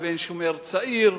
"השומר הצעיר"